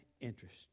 interest